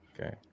Okay